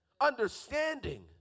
understanding